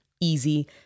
easy